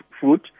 food